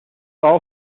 all